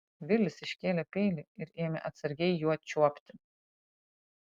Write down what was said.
vilis iškėlė peilį ir ėmė atsargiai juo čiuopti